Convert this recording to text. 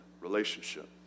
relationship